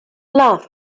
love